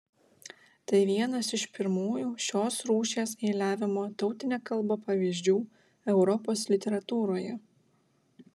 tai vienas iš pirmųjų šios rūšies eiliavimo tautine kalba pavyzdžių europos literatūroje